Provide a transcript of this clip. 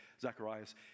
Zacharias